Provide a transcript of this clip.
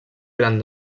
gran